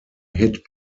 hit